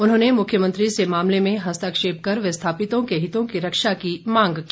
उन्होंने मुख्यमंत्री से मामले में हस्तक्षेप कर विस्थापितों के हितों की रक्षा की मांग की